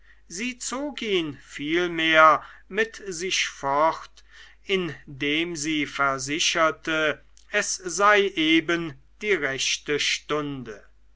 sie zog ihn vielmehr mit sich fort indem sie versicherte es sei eben die rechte stunde